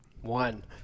One